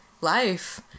life